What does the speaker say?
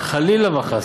חלילה וחס.